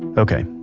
ok,